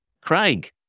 Craig